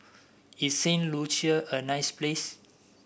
is Saint Lucia a nice place